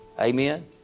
Amen